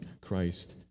Christ